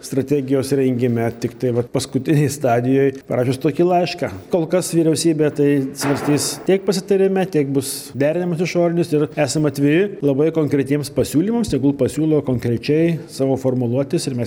strategijos rengime tiktai vat paskutinėj stadijoj parašius tokį laišką kol kas vyriausybė tai svarstys tiek pasitarime tiek bus derinamas išorinis ir esam atviri labai konkretiems pasiūlymams tegul pasiūlo konkrečiai savo formuluotes ir mes